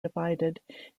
divided